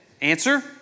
Answer